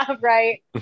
Right